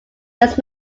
does